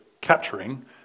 capturing